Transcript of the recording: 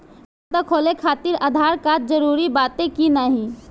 खाता खोले काहतिर आधार कार्ड जरूरी बाटे कि नाहीं?